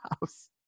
house